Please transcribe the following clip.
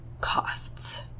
costs